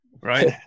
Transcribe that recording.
right